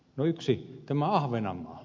no yksi on tämä ahvenanmaa